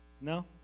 No